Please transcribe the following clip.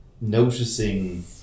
noticing